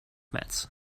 mets